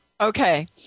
Okay